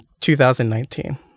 2019